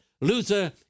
Luther